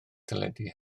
teledu